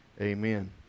Amen